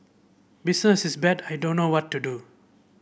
business is bad I don't know what to do